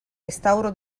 restauro